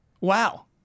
Wow